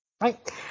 Right